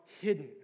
hidden